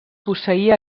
posseïa